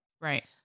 Right